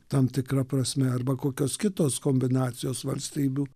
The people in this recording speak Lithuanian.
tam tikra prasme arba kokios kitos kombinacijos valstybių